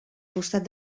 costat